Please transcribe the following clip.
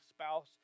spouse